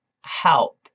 help